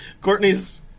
Courtney's